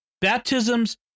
baptisms